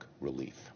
relief